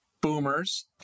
boomers